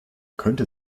könnte